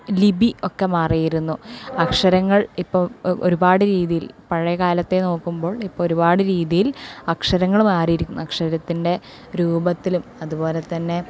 ലിപി ഒക്കെ മാറിയിരുന്നു അക്ഷരങ്ങൾ ഇപ്പം ഒരുപാട് രീതിയിൽ പഴയ കാലത്തെ നോക്കുമ്പോൾ ഇപ്പോൾ ഒരുപാട് രീതിയിൽ അക്ഷരങ്ങൾ മാറിയിരിക്കുന്നു അക്ഷരത്തിൻ്റെ രൂപത്തിലും അതുപോലെ തന്നെ